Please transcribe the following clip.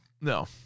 No